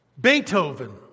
Beethoven